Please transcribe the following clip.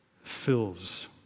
fills